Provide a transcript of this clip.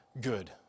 good